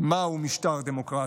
מה הוא משטר דמוקרטי.